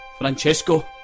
Francesco